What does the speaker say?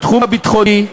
בתחום הביטחוני,